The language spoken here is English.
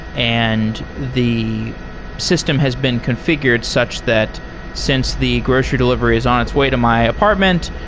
and the system has been confi gured such that since the grocery delivery is on its way to my apartment,